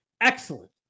Excellent